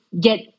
get